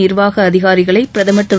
நிர்வாக அதிகாரிகளை பிரதமர் திரு